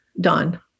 done